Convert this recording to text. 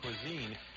cuisine